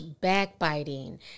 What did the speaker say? backbiting